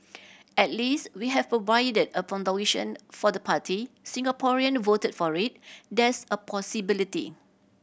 at least we have provided a foundation for the party Singaporean voted for it there's a possibility